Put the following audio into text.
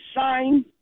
sign